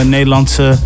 Nederlandse